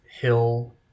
hill